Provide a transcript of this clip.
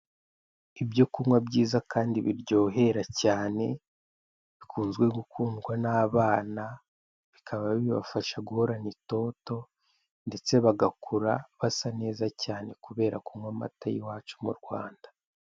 Ibyo kunywa byiza kandi biryoherera cyane, bikunze gukundwa n'abana, bikaba bibafasha guhorana itoto, ndetse bagakura basa neza cyane kubera kunywa amata y'iwacu mu Rwanda.